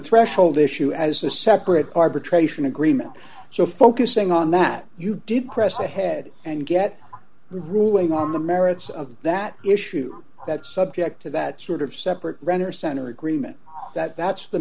threshold issue as a separate arbitration agreement so focusing on that you did press ahead and get a ruling on the merits of that issue that subject to that sort of separate run or center agreement that that's the